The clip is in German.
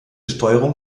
steuerung